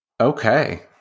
Okay